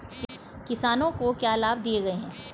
किसानों को क्या लाभ दिए गए हैं?